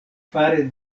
fare